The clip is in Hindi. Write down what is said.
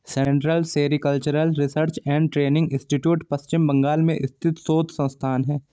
central sericultural research and training institute Paschim Bengal में स्थित शोध संस्थान है